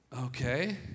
okay